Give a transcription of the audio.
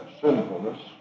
sinfulness